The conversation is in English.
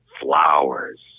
Flowers